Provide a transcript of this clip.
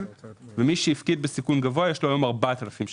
ואילו מי שהפקיד בסיכון גבוה יש לו היום 4,000 שקל.